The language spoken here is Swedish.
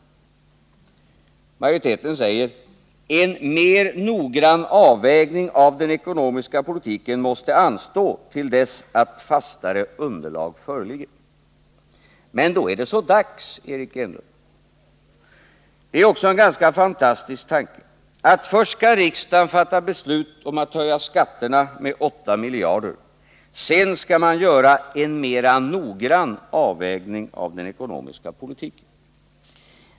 Utskottsmajoriteten anser att en mer noggrann avvägning av den ekonomiska politiken måste anstå till dess att fastare underlag föreligger. Men då är det så dags, Eric Enlund! Det är också en ganska fantastisk tanke att riksdagen först skall fatta beslut om att höja skatterna med 8 miljarder kronor, sedan skall ”en mera noggrann avvägning” av den ekonomiska politiken göras.